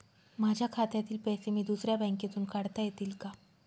माझ्या खात्यातील पैसे मी दुसऱ्या बँकेतून काढता येतील का?